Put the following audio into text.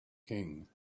king